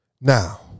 Now